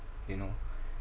you know